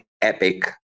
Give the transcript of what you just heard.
epic